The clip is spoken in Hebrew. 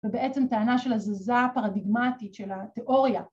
‫ובעצם טענה של הזזה הפרדיגמטית ‫של התיאוריה.